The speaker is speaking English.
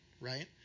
right